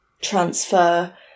transfer